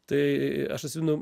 tai aš atsimenu